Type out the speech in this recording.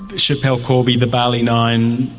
schapelle corby, the bali nine,